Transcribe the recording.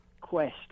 quest